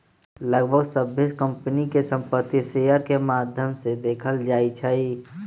लगभग सभ्भे कम्पनी के संपत्ति शेयर के माद्धम से देखल जाई छई